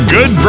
Good